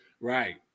right